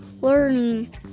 learning